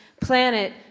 Planet